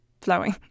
flowing